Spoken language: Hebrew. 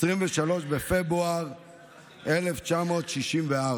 23 בפברואר 1964,